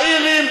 האירי,